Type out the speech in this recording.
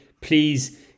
please